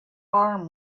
alarm